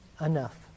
enough